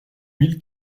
mille